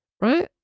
right